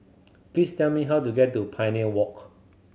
please tell me how to get to Pioneer Walk